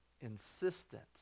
insistent